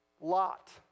lot